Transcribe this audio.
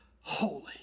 holy